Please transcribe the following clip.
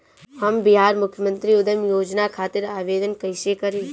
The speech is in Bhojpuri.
हम बिहार मुख्यमंत्री उद्यमी योजना खातिर आवेदन कईसे करी?